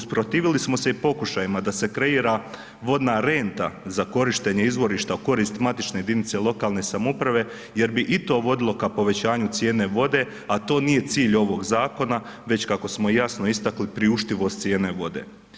Usprotivili smo se i pokušajima da se kreira vodna renta za korištenje izvorišta u korist matične jedinice lokalne samouprave jer bi i to vodilo ka povećanju cijene vode, a to nije cilj ovog zakona, već kako smo jasno istakli priuštivost cijene vode.